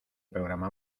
programa